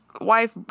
wife